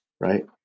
right